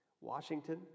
Washington